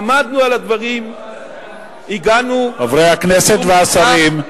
עמדנו על הדברים, הגענו, חברי הכנסת והשרים.